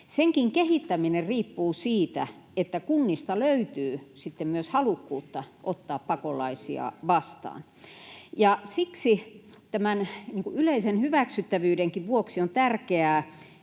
senkin kehittäminen riippuu siitä, että kunnista löytyy sitten myös halukkuutta ottaa pakolaisia vastaan. Siksi tämän yleisen hyväksyttävyydenkin vuoksi on tärkeää